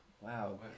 wow